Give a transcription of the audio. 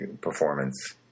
performance